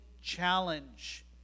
challenge